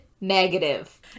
negative